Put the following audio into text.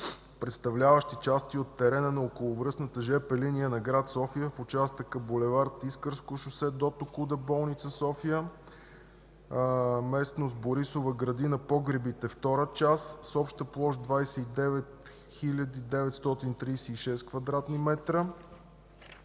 представляващи части от терена на околовръстната жп линия на град София в участъка булевард „Искърско шосе” до „Токуда болница” – София, местност „Борисова градина – Погребите” втора част, с обща площ 29 936 квадратни